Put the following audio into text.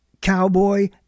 cowboy